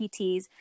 PTs